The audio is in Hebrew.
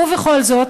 ובכל זאת,